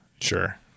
Sure